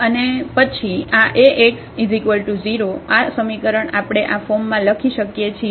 અને પછી આ Ax 0 આ સમીકરણ આપણે આ ફોર્મમાં લખી શકીએ છીએ